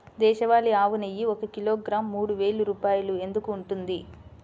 దేశవాళీ ఆవు నెయ్యి ఒక కిలోగ్రాము మూడు వేలు రూపాయలు ఎందుకు ఉంటుంది?